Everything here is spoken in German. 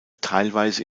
teilweise